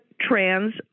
trans